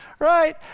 Right